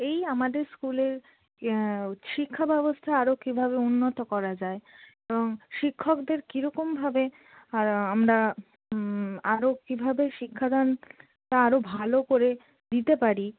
এই আমাদের স্কুলের শিক্ষা ব্যবস্থা আরও কীভাবে উন্নত করা যায় এবং শিক্ষকদের কীরকমভাবে আমরা আরও কীভাবে শিক্ষাদানটা আরও ভালো করে দিতে পারি